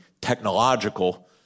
technological